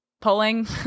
pulling